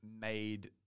made